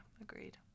Agreed